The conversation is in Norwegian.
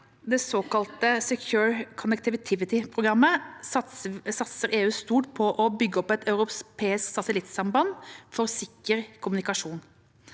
det såkalte Secure Connectivity-programmet satser EU stort på å bygge opp et europeisk satellittsamband for sikker kommunikasjon.